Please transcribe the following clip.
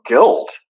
guilt